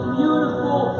beautiful